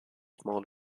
small